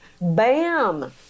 Bam